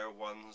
one's